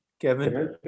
Kevin